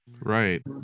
Right